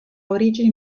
origini